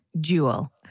Jewel